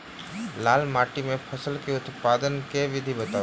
लाल माटि मे फसल केँ उत्पादन केँ विधि बताऊ?